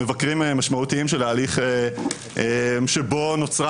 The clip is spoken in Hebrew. מבקרים משמעותיים של ההליך שבו נוצרה